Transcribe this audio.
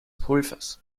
pulvers